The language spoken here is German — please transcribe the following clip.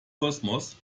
kosmos